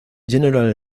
general